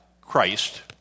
Christ